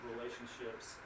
relationships